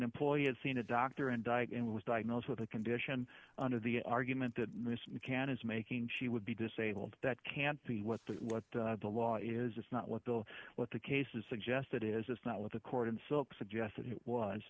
employer had seen a doctor and diet and was diagnosed with a condition under the argument that mr mccann is making she would be disabled that can't be what the what the law is it's not what the what the cases suggested is not what the court in silk suggested it was